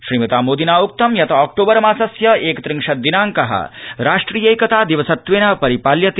श्रीमना मोदिना उक्तं यत् ऑक्टोबर मासस्य एकत्रिंशत् दिनाड़क राष्ट्रियैकता दिवसत्वेन परिपाल्यते